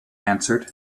answered